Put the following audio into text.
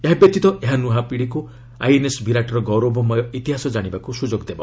ଏହାବ୍ୟତୀତ ଏହା ନ୍ତୁଆ ପିଢ଼ିକୁ ଆଇଏନ୍ସ୍ ବିରାଟର ଗୌରବମୟ ଇତିହାସ ଜାଣିବାକୁ ସ୍ରଯୋଗ ଦେବ